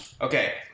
Okay